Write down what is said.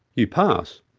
you pass.